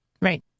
Right